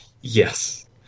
Yes